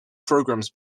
programmes